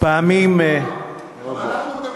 פעמים רבות.